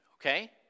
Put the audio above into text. okay